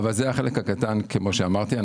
זה החלק הקטן כפי שאמרתי.